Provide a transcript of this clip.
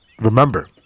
Remember